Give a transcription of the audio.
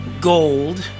gold